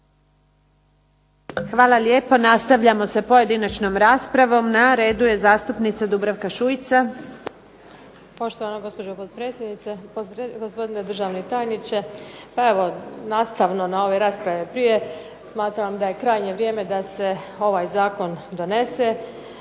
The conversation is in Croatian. Hvala lijepa. Nastavljamo sa pojedinačnom raspravom. Na redu je zastupnica Dubravka Šuica. **Šuica, Dubravka (HDZ)** Poštovana gospođo potpredsjednice, gospodine državni tajniče. Pa evo nastavno na ove rasprave prije, smatram da je krajnje vrijeme da se ovaj zakon donese,